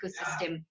ecosystem